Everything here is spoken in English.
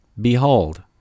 Behold